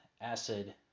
acid